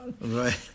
Right